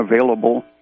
available